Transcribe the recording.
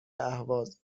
اهواز